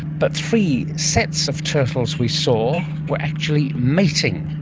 but three sets of turtles we saw were actually mating.